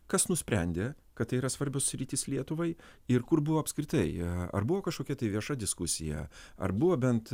kas nusprendė kad tai yra svarbios sritys lietuvai ir kur buvo apskritai ar buvo kažkokia tai vieša diskusija ar buvo bent